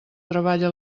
treballa